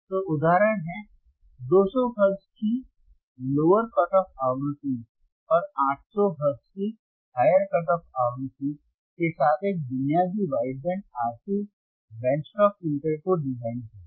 तो उदाहरण है 200 हेर्त्ज़ की लोवर कट ऑफ आवृत्ति और 800 हेर्त्ज़ की हायर कट ऑफ आवृत्ति के साथ एक बुनियादी wide band RC band stop filter को डिजाइन करें